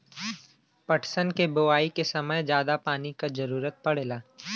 पटसन क बोआई के समय जादा पानी क जरूरत पड़ेला